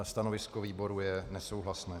Stanovisko výboru je nesouhlasné.